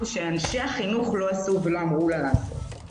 שאנשי החינוך לא עשו ולא אמרו לה לעשות.